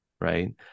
right